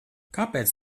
kāpēc